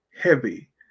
heavy